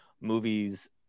movies